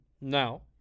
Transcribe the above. now